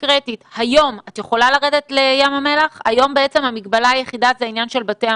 מאוד מתחבר המונח שארגון הבריאות הלאומי לא מזמן פרסם,